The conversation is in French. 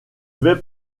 vais